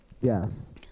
Yes